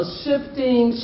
shifting